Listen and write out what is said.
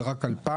זה רק 2,000,